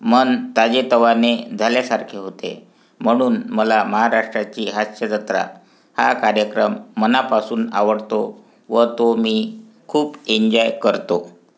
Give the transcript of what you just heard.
मन ताजेतवाने झाल्यासारखे होते म्हणून मला महाराष्ट्राची हास्यजत्रा हा कार्यक्रम मनापासून आवडतो व तो मी खूप एन्जॉय करतो